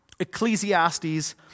Ecclesiastes